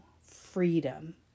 freedom